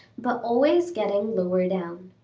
but always getting lower down.